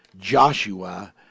Joshua